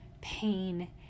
pain